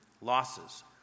losses